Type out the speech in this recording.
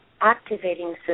activating